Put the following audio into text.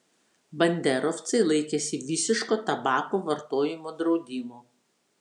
banderovcai laikėsi visiško tabako vartojimo draudimo